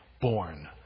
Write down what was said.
born